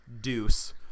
deuce